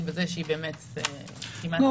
זה לא